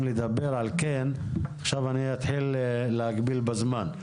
לדבר על כן עכשיו אני אתחיל להגביל בזמן,